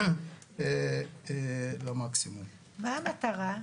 מה המטרה?